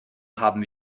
haben